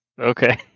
Okay